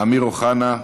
אמיר אוחנה,